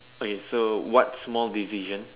okay so what small decision